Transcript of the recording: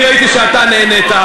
אני ראיתי שאתה נהנית,